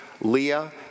Leah